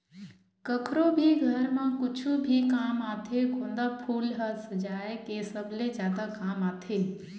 कखरो भी घर म कुछु भी काम आथे गोंदा फूल ह सजाय के सबले जादा काम आथे